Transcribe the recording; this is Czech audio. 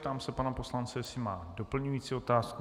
Ptám se pana poslance, jestli má doplňující otázku.